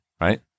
right